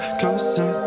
closer